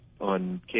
on